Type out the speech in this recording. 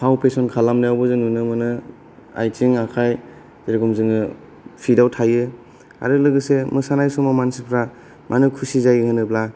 फाव फेसन खालामनायावबो जों नुनो मोनो आथिं आखाय जेरेखम जोंयो फितयाव थायो आरो लोगोसे मोसानाय समाव मानसिफ्रा मानो खुसि जायो होनोब्ला